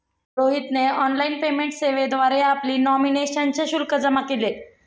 रोहितने online payment सेवेद्वारे आपली नॉमिनेशनचे शुल्क जमा केले